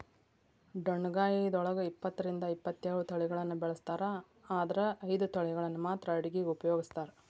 ಡೊಣ್ಣಗಾಯಿದೊಳಗ ಇಪ್ಪತ್ತರಿಂದ ಇಪ್ಪತ್ತೇಳು ತಳಿಗಳನ್ನ ಬೆಳಿಸ್ತಾರ ಆದರ ಐದು ತಳಿಗಳನ್ನ ಮಾತ್ರ ಅಡುಗಿಗ ಉಪಯೋಗಿಸ್ತ್ರಾರ